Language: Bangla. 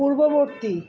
পূর্ববর্তী